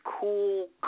cool